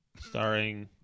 starring